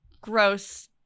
Gross